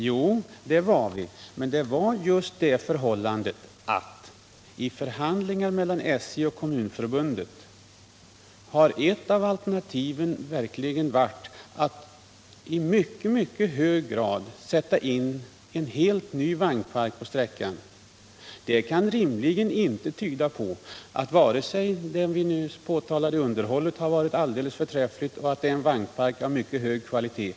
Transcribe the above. Jo, det var vi, men vid förhandlingarna mellan SJ och Kommunförbundet har ett av alternativen varit att i stor utsträckning sätta in en helt ny vagnpark på sträckan. Det kan rimligen inte tyda på att det nyss påtalade underhållet varit alldeles förträffligt och att vagnparken har varit av mycket hög kvalitet.